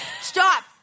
Stop